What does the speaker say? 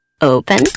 Open